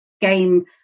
game